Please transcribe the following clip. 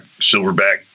silverback